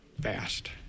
fast